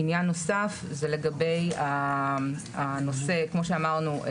עניין נוסף הוא לגבי הנושא שכמו שאמרנו,